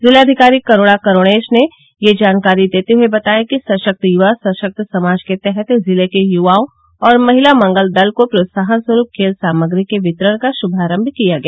जिलाधिकारी करूणा करूणेश ने यह जानकारी देते हुये बताया कि सशक्त युवा सशक्त समाज के तहत जिले के युवाओं और महिला मंगल दल को प्रोत्साहन स्वरूप खेल सामग्री के वितरण का शुभारम्भ किया गया